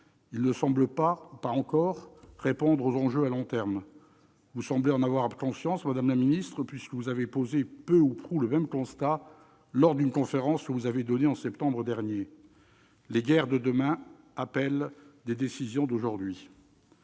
il ne semble pas, ou pas encore, répondre aux enjeux à long terme. Vous paraissez en avoir conscience, madame la ministre, puisque vous avez posé peu ou prou le même constat, lors d'une conférence que vous avez donnée en septembre dernier. Les guerres de demain appellent des décisions aujourd'hui.